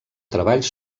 treballs